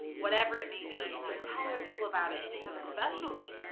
whatever it may be. and you tell other people about it, and you have a special link,